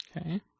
Okay